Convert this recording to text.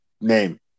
name